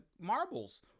marbles